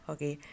Okay